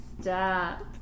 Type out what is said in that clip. Stop